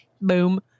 Boom